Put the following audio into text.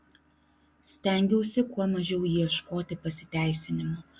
stengiausi kuo mažiau ieškoti pasiteisinimų